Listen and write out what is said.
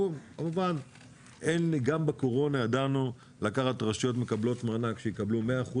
כמובן גם בקורונה ידענו שרשויות שמקבלות מענק יקבלו 100%,